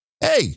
hey